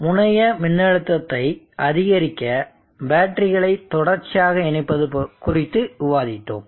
முனைய மின்னழுத்தத்தை அதிகரிக்க பேட்டரிகளை தொடர்ச்சியாக இணைப்பது குறித்து விவாதித்தோம்